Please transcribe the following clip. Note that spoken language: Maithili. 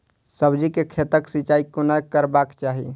सब्जी के खेतक सिंचाई कोना करबाक चाहि?